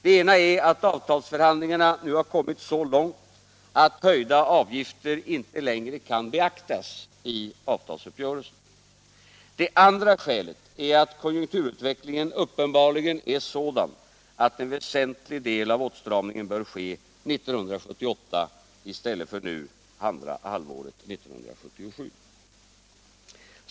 Det ena skälet är att avtalsförhandlingarna nu har kommit så långt att höjda avgifter inte längre kan beaktas i avtalsuppgörelsen. Det andra skälet är att konjunkturutvecklingen uppenbarligen är sådan att en väsentlig del av åtstramningen bör ske 1978 i stället för under andra halvåret 1977.